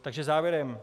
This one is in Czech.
Takže závěrem.